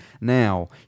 now